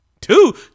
Two